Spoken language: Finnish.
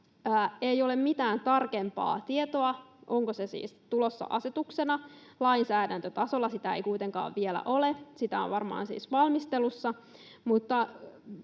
ei ole mitään tarkempaa tietoa, onko se siis tulossa asetuksena. Lainsäädäntötasolla sitä ei kuitenkaan vielä ole, se on varmaan siis valmistelussa.